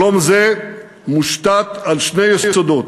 שלום זה מושתת על שני יסודות: